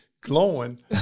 glowing